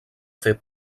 fer